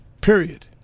period